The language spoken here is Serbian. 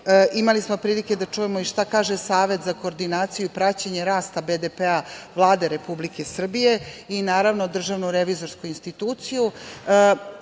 Imali smo prilike da čujemo i šta kaže Savet za koordinaciju i praćenje rasta BDP-a Vlade Republike Srbije i naravno DRI.Imali smo zaista potpunu